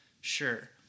Sure